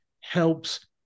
helps